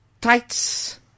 Tights